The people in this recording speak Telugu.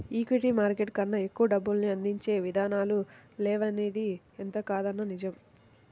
ఈక్విటీ మార్కెట్ కన్నా ఎక్కువ డబ్బుల్ని అందించే ఇదానాలు లేవనిది ఎంతకాదన్నా నిజం